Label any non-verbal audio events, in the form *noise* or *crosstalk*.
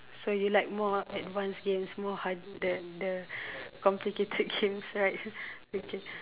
so you like more advanced games more hard the the complicated *laughs* games right okay